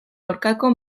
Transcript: aurkako